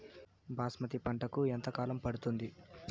బాస్మతి పంటకు ఎంత కాలం పడుతుంది?